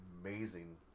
amazing